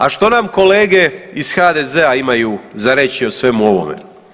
A što nam kolege iz HDZ-a imaju za reći o svemu ovome.